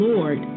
Lord